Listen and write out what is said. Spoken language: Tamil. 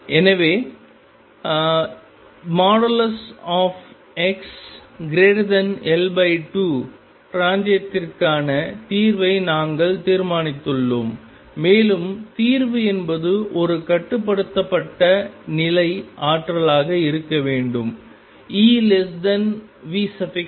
எனவே xL2 பிராந்தியத்திற்கான தீர்வை நாங்கள் தீர்மானித்துள்ளோம் மேலும் தீர்வு என்பது ஒரு கட்டுப்படுத்தப்பட்ட நிலை ஆற்றலாக இருக்க வேண்டும் EV0